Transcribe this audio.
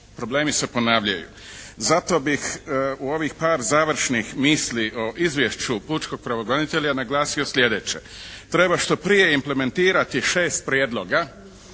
problemi se ponavljaju. Zato bih u ovih par završnih misli o izvješću pučkog pravobranitelja naglasio sljedeće. Treba što prije implementirati šest prijedloga